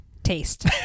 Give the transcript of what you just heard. Taste